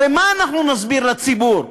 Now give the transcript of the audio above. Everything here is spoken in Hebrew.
הרי מה אנחנו נסביר לציבור,